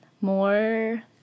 more